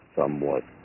somewhat